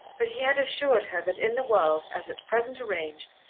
but he had assured her that in the world, as at present arranged,